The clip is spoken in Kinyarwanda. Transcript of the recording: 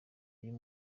uyu